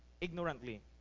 ignorantly